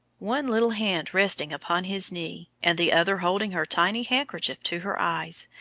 one little hand resting upon his knee and the other holding her tiny handkerchief to her eyes,